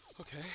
Okay